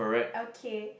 okay